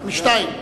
אחת משתיים,